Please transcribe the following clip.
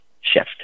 shift